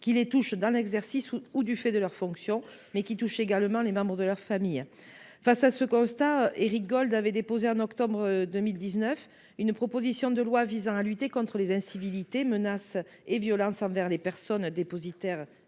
de leurs fonctions, ou en raison de celles-ci, mais concernent également les membres de leurs familles. Fort de ce constat, Éric Gold avait déposé en octobre 2019 une proposition de loi visant à lutter contre les incivilités, menaces et violences envers les personnes dépositaires